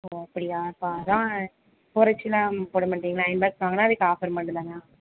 ஓ அப்படியாதா அதான் குறைச்சலா போட மாட்டிங்களா அயன்பாக்ஸ் வாங்கினா அதுக்கு ஆஃபர் மட்டுந்தானா